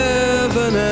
Heaven